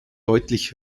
deutlich